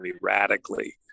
radically